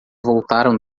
voltaram